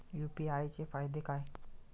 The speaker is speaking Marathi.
यु.पी.आय चे फायदे काय?